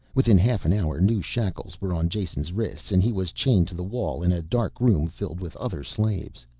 within half an hour new shackles were on jason's wrists and he was chained to the wall in a dark room filled with other slaves.